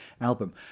album